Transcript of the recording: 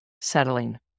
Settling